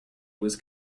was